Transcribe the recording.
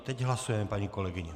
Teď hlasujeme, paní kolegyně.